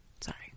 sorry